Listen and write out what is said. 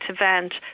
event